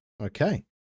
okay